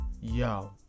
Yo